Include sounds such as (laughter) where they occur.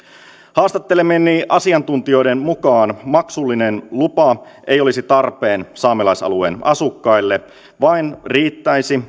haastattelemieni asiantuntijoiden mukaan maksullinen lupa ei olisi tarpeen saamelaisalueen asukkaille vaan riittäisi (unintelligible)